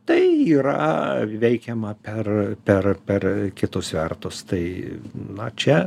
tai yra veikiama per per per kitus svertus tai na čia